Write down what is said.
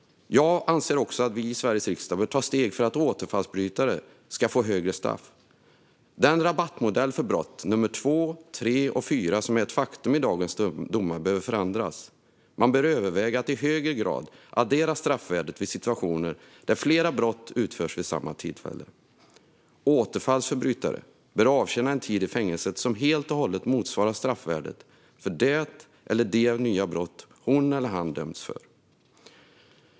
Jag anser också att vi i Sveriges riksdag bör ta steg för att återfallsförbrytare ska få högre straff. Den rabattmodell för brott nummer två, tre och fyra som är ett faktum i dagens domar behöver förändras. Man bör överväga att i högre grad addera straffvärdet vid situationer där flera brott utförs vid samma tillfälle. Återfallsförbrytare bör avtjäna en tid i fängelse som helt och hållet motsvarar straffvärdet för det eller de nya brott som hon eller han dömts för.